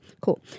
Cool